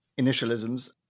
initialisms